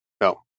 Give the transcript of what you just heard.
No